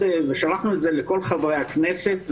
שלחנו את המסמך לכל חברי הכנסת ולשרים.